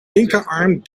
linkerarm